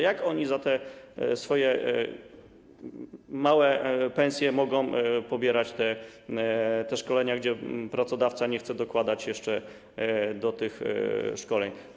Jak oni za swoje małe pensje mogą odbywać te szkolenia, kiedy pracodawca nie chce dokładać jeszcze do tych szkoleń?